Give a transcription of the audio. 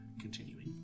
continuing